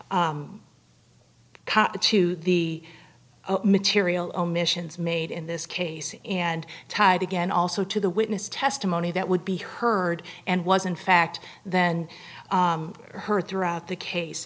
to the material omissions made in this case and tied again also to the witness testimony that would be heard and was in fact then heard throughout the case